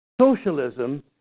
Socialism